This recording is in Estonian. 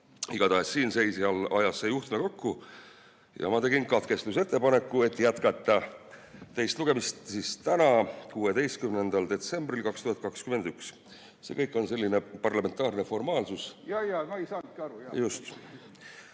Igatahes, siin seisjal ajas see juhtme kokku ja ma tegin katkestamisettepaneku, et jätkata teist lugemist täna, 16. detsembril 2021. See kõik on selline parlamentaarne formaalsus. Jaa-jaa, ega ma ei saanudki aru.